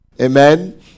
Amen